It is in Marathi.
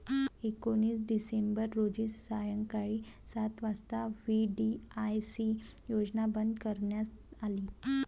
एकोणीस डिसेंबर रोजी सायंकाळी सात वाजता व्ही.डी.आय.सी योजना बंद करण्यात आली